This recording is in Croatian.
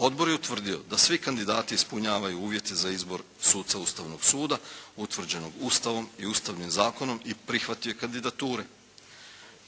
Odbor je utvrdio da svi kandidati ispunjavaju uvjete za izbor suca Ustavnog suda utvrđenog Ustavom i Ustavnim zakonom i prihvatio je kandidature.